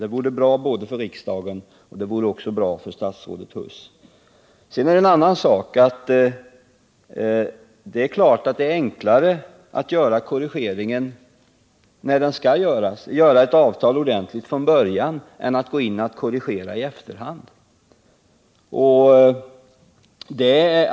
Det vore bra för riksdagen, och det vore också bra för statsrådet Huss. Sedan är det en annan sak att det är enklare att göra korrigeringen vid rätt tidpunkt, dvs. att sluta ett ordentligt avtal från början än att gå in och korrigera i efterhand.